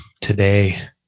today